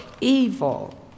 evil